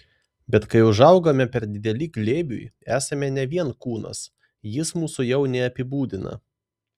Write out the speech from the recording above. bet kai užaugame per dideli glėbiui esame ne vien kūnas jis mūsų jau neapibūdina